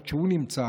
היות שהוא נמצא,